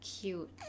cute